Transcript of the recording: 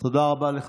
ואני אומר לך: